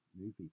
movie